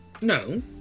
No